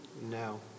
No